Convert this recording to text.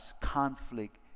conflict